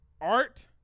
art